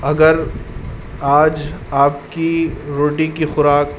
اگر آج آپ کی روٹی کی خوراک